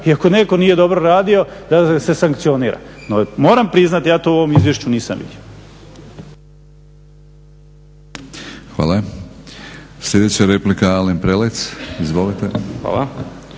i ako netko nije dobro radio da se sankcionira. No moram priznati ja to u ovom izvješću nisam vidio. **Batinić, Milorad (HNS)** Hvala. Sljedeća replika, Alen Prelec. Izvolite.